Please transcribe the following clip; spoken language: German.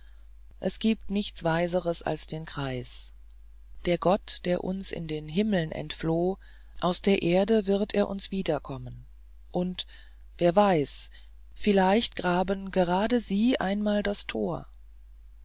es giebt nichts weiseres als den kreis der gott der uns in den himmeln entfloh aus der erde wird er uns wiederkommen und wer weiß vielleicht graben gerade sie einmal das tor